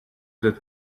that